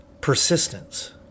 Persistence